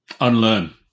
Unlearn